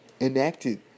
Enacted